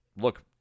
look